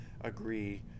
agree